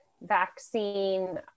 vaccine